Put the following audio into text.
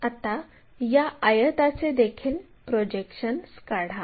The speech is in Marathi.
आता या आयताचेदेखील प्रोजेक्शन्स काढा